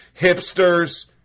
hipsters